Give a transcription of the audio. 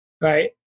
right